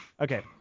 Okay